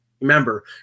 remember